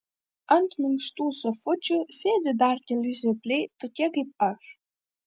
ant minkštų sofučių sėdi dar keli žiopliai tokie kaip aš